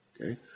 Okay